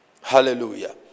Hallelujah